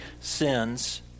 sins